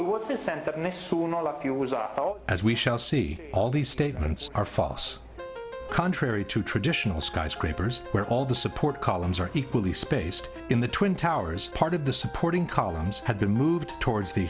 all of you was off as we shall see all these statements are false contrary to traditional skyscrapers where all the support columns are equally spaced in the twin towers part of the supporting columns had been moved towards the